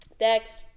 Next